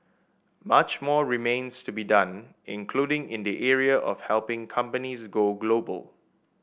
much more remains to be done including in the area of helping companies go global